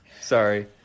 Sorry